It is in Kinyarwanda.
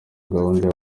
gahunda